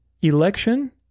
Election